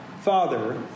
Father